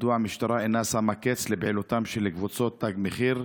2. מדוע המשטרה אינה שמה קץ לפעילותן של קבוצות תג מחיר,